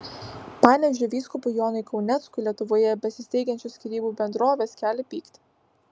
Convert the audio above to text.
panevėžio vyskupui jonui kauneckui lietuvoje besisteigiančios skyrybų bendrovės kelia pyktį